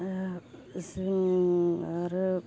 ओ जों आरो